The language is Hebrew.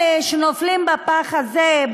אלה שנופלים בפח הזה,